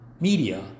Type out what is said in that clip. media